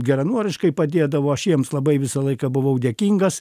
geranoriškai padėdavo aš jiems labai visą laiką buvau dėkingas